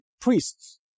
priests